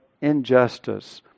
injustice